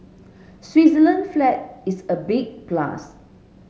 Switzerland flag is a big plus